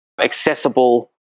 accessible